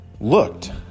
looked